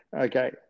okay